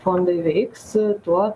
fondai veiks tuo